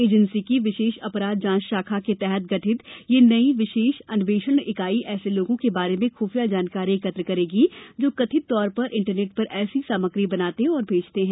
agency की विशेष अपराध जांच शाखा के तहत गठित यह नई विशेष अन्वेषण इकाई ऐसे लोगों के बारे में खुफिया जानकारी एकत्र करेगी जो कथित तौर पर इंटरनेट पर ऐसी सामग्री बनाते और भेजते हैं